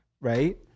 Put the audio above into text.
right